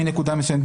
מנקודה מסוימת,